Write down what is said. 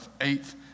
eighth